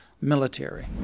military